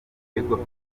bigo